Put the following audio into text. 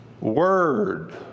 word